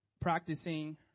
Practicing